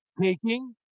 taking